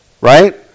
Right